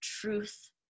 truth